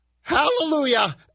hallelujah